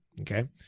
Okay